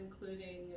including